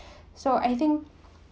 so I think